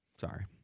Sorry